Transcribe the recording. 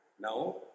now